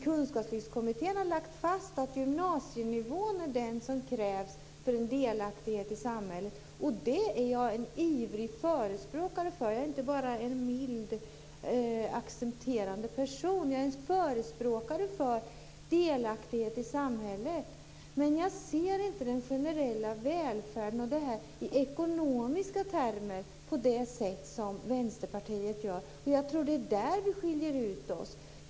Kunskapslyftskommittén har lagt fast att gymnasienivå är det som krävs för en delaktighet i samhället, och det är jag en ivrig förespråkare för. Jag är inte bara en mild accepterande person, utan jag är en förespråkare för delaktighet i samhället. Men jag ser inte den generella välfärden i ekonomiska termer på det sätt som Vänsterpartiet gör, och jag tror att det är där vi skiljer ut oss.